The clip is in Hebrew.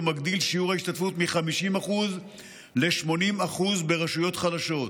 ומגדיל את שיעור ההשתתפות מ-50% ל-80% ברשויות חלשות,